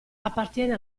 appartiene